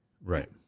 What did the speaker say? Right